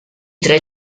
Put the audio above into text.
tre